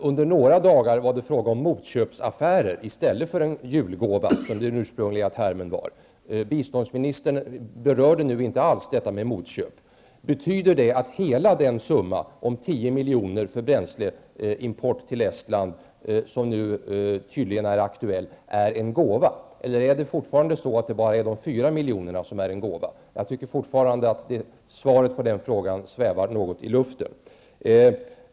Efter några dagar var det fråga om motköpsaffärer i stället för en julgåva, som den ursprungliga termen var. Biståndsministern berörde nu inte alls detta med motköp. Betyder det att hela den summa om 10 milj.kr. för bränsleimport till Estland, som nu tydligen är aktuell, är en gåva, eller är det fortfarande så att det bara är 4 milj.kr. som är en gåva? Jag tycker fortfarande att svaret på den frågan svävar något i luften.